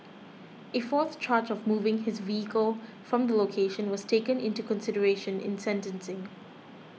a fourth charge of moving his vehicle from the location was taken into consideration in sentencing